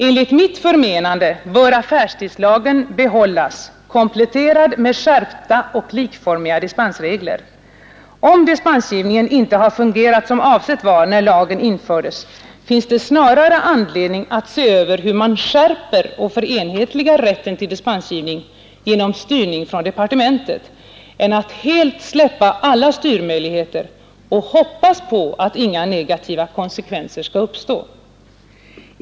Enligt mitt förmenande bör affärstidslagen behållas, kompletterad med skärpta och likformiga dispensregler. Om dispensgivningen inte har fungerat som avsett var när lagen infördes, finns det snarare anledning att se över hur man skärper och förenhetligar rätten till dispensgivning genom styrning från departementet än att helt släppa alla styrmöjligheter och hoppas på att inga negativa konsekvenser skall uppstå.